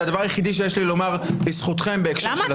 זה הדבר היחידי שיש לי לומר לזכותכם בהקשר של הסביבה.